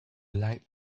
light